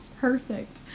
perfect